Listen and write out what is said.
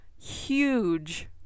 huge